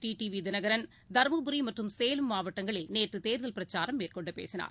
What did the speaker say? TTV Dhinakaran Dharmapuri மற்றும் சேலம் மாவட்டங்களில் நேற்றுதேர்தல் பிரச்சாரம் மேற்கொண்டுபேசினார்